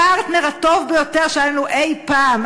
הפרטנר הטוב ביותר שהיה לנו אי-פעם,